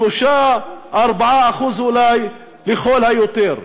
3%, 4% אולי לכל היותר.